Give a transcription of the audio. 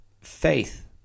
faith